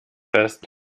fest